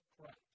Christ